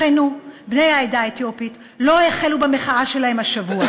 אחינו בני העדה האתיופית לא החלו במחאה שלהם השבוע.